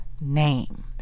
name